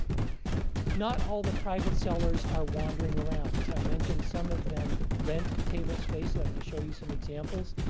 not all the private sellers are wandering around. as i mentioned, some of them rent table space. i'm going to show you some examples.